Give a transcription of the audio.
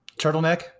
turtleneck